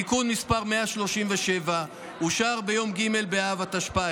תיקון מס' 137 אושר ביום ג' באב התשפ"א,